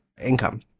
income